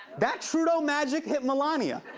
that trudeau magic hit melania.